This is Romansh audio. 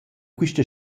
quista